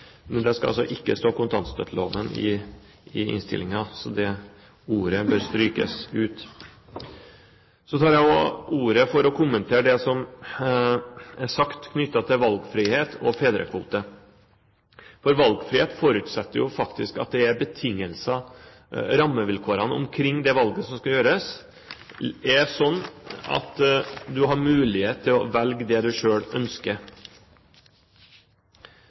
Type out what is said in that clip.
Men det skal altså ikke stå «kontantstøtteloven» i innstillingen. Det ordet bør strykes ut. Så tar jeg også ordet for å kommentere det som er sagt knyttet til valgfrihet og fedrekvote. Valgfrihet forutsetter faktisk at rammevilkårene omkring det valget som skal gjøres, er slik at du har mulighet til å velge det du selv ønsker.